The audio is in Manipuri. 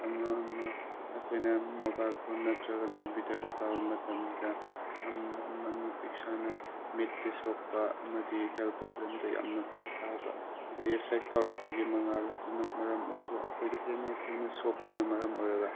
ꯑꯃ ꯑꯃ ꯑꯩꯈꯣꯏꯅ ꯃꯣꯕꯥꯏꯜ ꯐꯣꯟ ꯅꯠꯇ꯭ꯔꯒꯅ ꯀꯝꯄꯨꯇꯔꯗ ꯄꯥꯕ ꯃꯇꯝꯗ ꯑꯃꯅ ꯏꯁꯥꯅ ꯃꯤꯠꯇ ꯁꯣꯛꯄ ꯑꯃꯗꯤ ꯍꯦꯜꯊ ꯄ꯭ꯔꯣꯕ꯭ꯂꯦꯝꯗ ꯌꯥꯝꯅ ꯐꯔꯛ ꯇꯥꯕ ꯍꯥꯏꯕꯗꯤ ꯔꯤꯐ꯭ꯂꯦꯛ ꯇꯧꯔꯛꯄꯒꯤ ꯃꯉꯥꯜ ꯑꯗꯨꯅ ꯃꯔꯝ ꯑꯣꯏꯔꯒ ꯑꯩꯈꯣꯏꯗ ꯍꯦꯟꯅ ꯊꯣꯏꯅ ꯁꯣꯛꯄꯟ ꯃꯔꯝ ꯑꯣꯏꯔꯒ